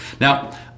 Now